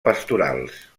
pastorals